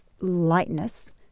lightness